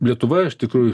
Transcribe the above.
lietuva iš tikrųjų